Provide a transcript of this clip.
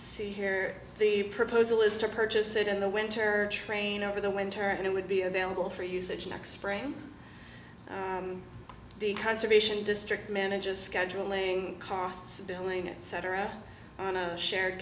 see here the proposal is to purchase it in the winter train over the winter and it would be available for usage next spring the conservation district manages scheduling costs billing etc on a shared